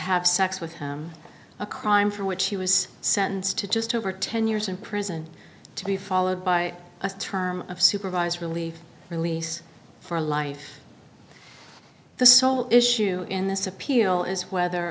have sex with him a crime for which he was sentenced to just over ten years in prison to be followed by a term of supervise relief release for life the sole issue in this appeal is whether